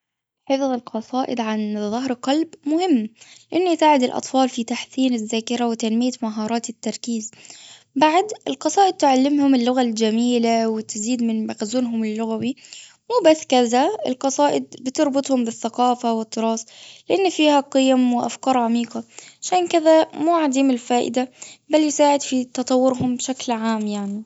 حفظ القصائد عن ظهر قلب مهم. أنه يساعد الأطفال في تحسين الذاكرة وتنمية مهارات التركيز. بعد القصائد تعلمهم اللغة الجميلة وتزيد من مخزونهم اللغوي. مو بس كذا القصائد بتربطهم بالثقافة والتراث. لأن فيها قيم وافكار عميقة عشان كذا مو عديم الفائدة بل يساعد في تطورهم بشكل عام يعني.